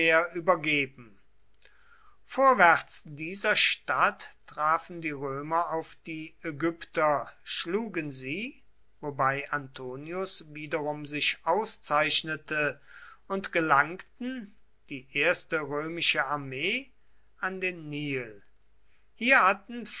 übergeben vorwärts dieser stadt trafen die römer auf die ägypter schlugen sie wobei antonius wiederum sich auszeichnete und gelangten die erste römische armee an den nil hier hatten